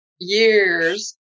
years